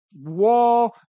wall